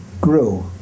grew